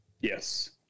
Yes